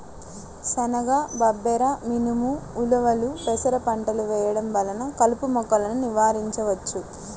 శనగ, బబ్బెర, మినుము, ఉలవలు, పెసర పంటలు వేయడం వలన కలుపు మొక్కలను నివారించవచ్చు